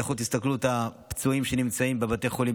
לכו תסתכלו על הפצועים שנמצאים בבתי החולים.